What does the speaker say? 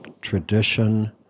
tradition